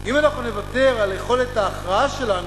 אם אנחנו נוותר על יכולת ההכרעה שלנו,